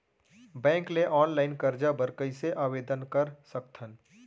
Bank ले online करजा बर कइसे आवेदन कर सकथन?